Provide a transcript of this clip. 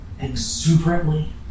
exuberantly